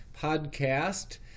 Podcast